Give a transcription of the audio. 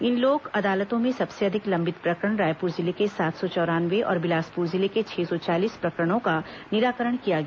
इन लोक अदालतों में सबसे अधिक लंबित प्रकरण रायपुर जिले के सात सौ चौरानवे और बिलासपुर जिले के छह सौ चालीस प्रकरणों का निराकरण किया गया